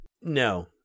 No